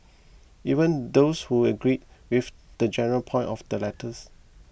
even those who agreed with the general point of the letters